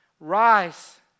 Rise